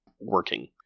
working